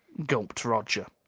gulped roger.